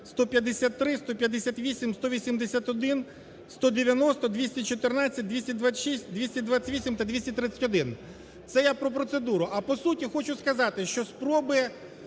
153, 158, 181, 190, 214, 226, 228 та 231. Це я про процедуру. А по суті хочу сказати, що спроби